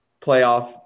playoff